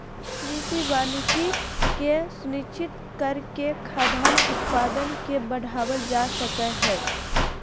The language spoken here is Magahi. कृषि वानिकी के सुनिश्चित करके खाद्यान उत्पादन के बढ़ावल जा सक हई